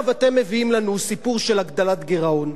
עכשיו אתם מביאים לנו סיפור של הגדלת הגירעון.